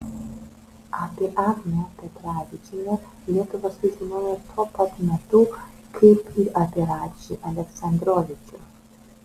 apie agnę petravičienę lietuva sužinojo tuo pat metu kaip ir apie radžį aleksandrovičių